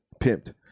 pimped